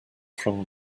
from